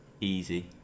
easy